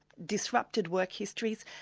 disrupted work histories.